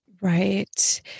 Right